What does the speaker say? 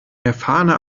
erfahrene